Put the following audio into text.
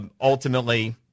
ultimately